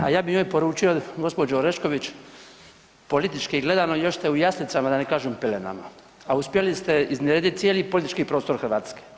A ja bi njoj poručio gospođo Orešković, politički gledano još ste u jaslicama da ne kažem u pelenama, a uspjeli ste iznerediti cijeli politički prostor Hrvatske.